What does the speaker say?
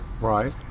Right